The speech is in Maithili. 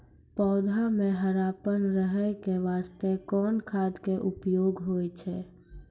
पौधा म हरापन रहै के बास्ते कोन खाद के उपयोग होय छै?